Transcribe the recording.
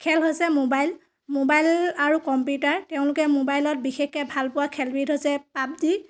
খেল হৈছে mobile mobile আৰু কম্পিউটাৰ তেওঁলোকে মোবাইলত বিশেষকৈ ভাল পোৱা খেলবিধ হৈছে পাবজি